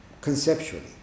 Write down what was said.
conceptually